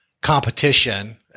competition